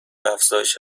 افزایش